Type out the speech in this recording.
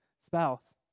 spouse